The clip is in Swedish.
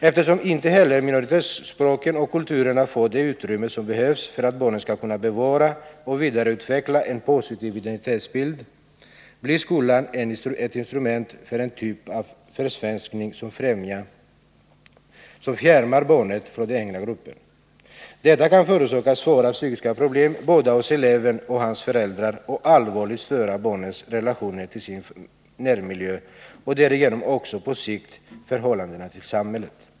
Eftersom inte heller minoritetsspråken och kulturerna får det utrymme som behövs för att barnen skall kunna bevara och vidareutveckla en positiv identitetsbild, blir skolan ett instrument för en typ av försvenskning som fjärmar barnet från den egna gruppen. Detta kan förorsaka svåra pyskiska problem både hos eleven och hans föräldrar och allvarligt störa barnets relationer till sin närmiljö och därigenom också på sikt förhållandet till samhället.